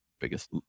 biggest